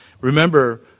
Remember